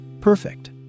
perfect